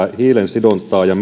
hiilensidontaa ja